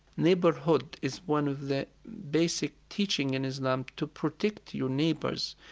neighborhood is one of the basic teaching in islam to protect your neighbors.